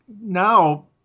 Now